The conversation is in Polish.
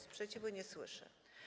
Sprzeciwu nie słyszę.